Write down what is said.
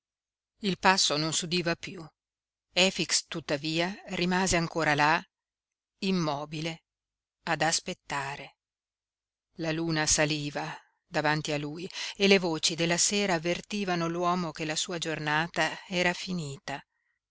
il passo non s'udiva piú efix tuttavia rimase ancora là immobile ad aspettare la luna saliva davanti a lui e le voci della sera avvertivano l'uomo che la sua giornata era finita